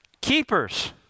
keepers